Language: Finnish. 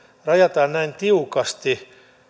rajataan näin tiukasti